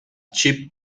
chip